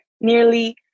nearly